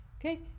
Okay